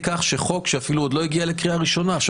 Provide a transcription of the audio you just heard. עכשיו,